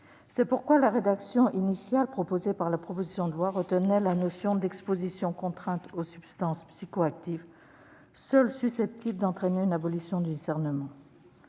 C'est pourquoi la rédaction proposée dans la proposition de loi retenait la notion « d'exposition contrainte aux substances psychoactives », seule susceptible d'entraîner une abolition du discernement.